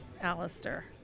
Alistair